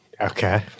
Okay